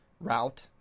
route